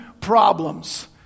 problems